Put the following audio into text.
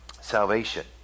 salvation